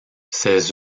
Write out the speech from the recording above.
ses